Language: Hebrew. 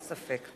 אין ספק.